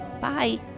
Bye